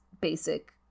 basic